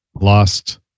Lost